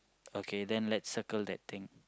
okay then let's circle that thing